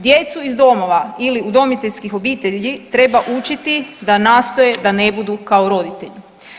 Djecu iz domova ili udomiteljskih obitelji treba učiti da nastoje da ne budu kao roditelji.